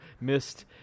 missed